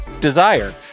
Desire